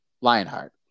Lionheart